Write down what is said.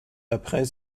après